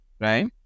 right